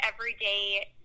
everyday